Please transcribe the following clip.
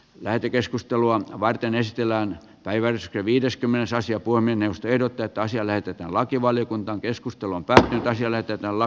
lähetekeskustelua varten esitellään päivän iski viideskymmenes asia puiminen tiedotetta asia näytetään lakivaliokunta keskustelun pälkäneläisille että täällä